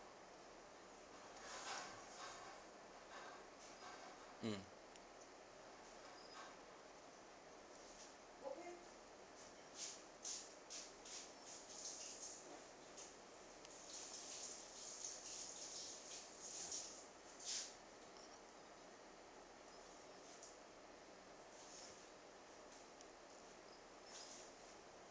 mm